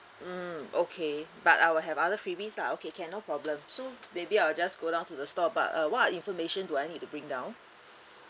mm okay but I will have other freebies lah okay can no problem so maybe I'll just go down to the store but uh what are information do I need to bring down